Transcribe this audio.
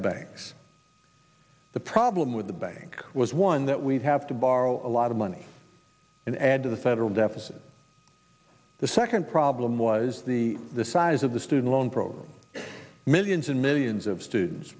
the banks the problem with the bank was one that we'd have to borrow a lot of money and add to the federal deficit the second problem was the the size of the student loan program millions and millions of students